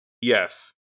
Yes